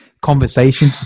conversation